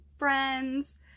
friends